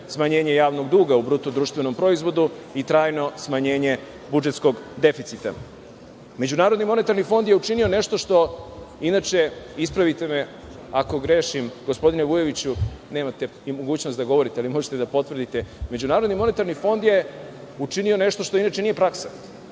smanjenje javnog duga u bruto društvenom proizvodu i trajno smanjenje budžetskog deficita.Međunarodni monetarni fond je učinio nešto što inače, ispravite me ako grešim gospodine Vujoviću, nemate mogućnost da govorite, ali možete da potvrdite, MMF je učinio nešto što inače nije praksa,